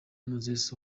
moses